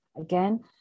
again